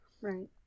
Right